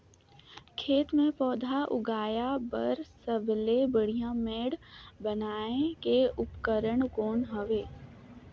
खेत मे पौधा उगाया बर सबले बढ़िया मेड़ बनाय के उपकरण कौन हवे?